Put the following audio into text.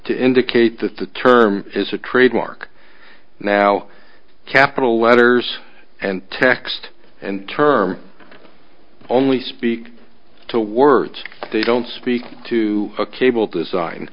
to indicate that the term is a trademark now capital letters and text and term only speak to words they don't speak to a cable design